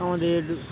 আমাদের